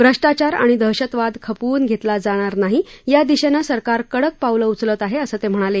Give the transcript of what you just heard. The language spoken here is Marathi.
भ्रष्टाचार आणि दहशतवाद खपवून घेतला जाणार नाही या दिशेनं सरकार कडक पावलं उचलत आहे असं ते म्हणाले